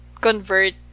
convert